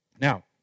Now